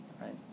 right